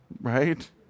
right